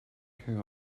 care